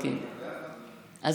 זה לא הולך ביחד.